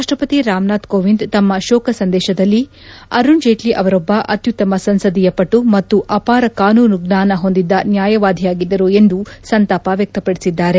ರಾಷ್ಷಪತಿ ರಾಮನಾಥ್ ಕೋವಿಂದ್ ತಮ್ನ ಶೋಕ ಸಂದೇಶದಲ್ಲಿ ಅರುಣ್ ಜೇಟ್ನ ಅವರೊಬ್ಲ ಅತ್ತುತ್ತಮ ಸಂಸದೀಯ ಪಟು ಮತ್ತು ಅಪಾರ ಕಾನೂನು ಜ್ವಾನ ಹೊಂದಿದ್ದ ನ್ಯಾಯವಾದಿಯಾಗಿದ್ದರು ಎಂದು ಸಂತಾಪ ವ್ಯಕ್ತಪಡಿಸಿದ್ದಾರೆ